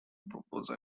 proposal